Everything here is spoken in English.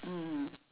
mm